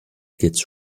gets